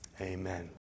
Amen